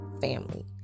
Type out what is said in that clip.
family